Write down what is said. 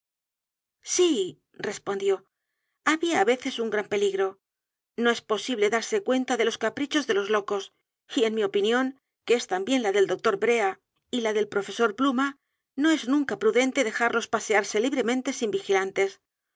sí respondió había á veces un gran peligro no es posible darse cuenta de los caprichos de los locos y en mi opinión que es también la del doctor brea y la del profesor pluma no es nunca prudente dejarlos pasearse libremente sin vigilantes